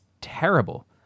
terrible